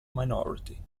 minority